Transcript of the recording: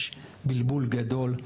יש בלבול גדול,